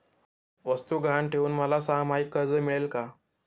वस्तू गहाण ठेवून मला सहामाही कर्ज मिळेल का?